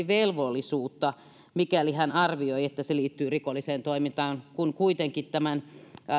velvollisuutta mikäli hän arvioi että se liittyy rikolliseen toimintaan kun kuitenkin tämän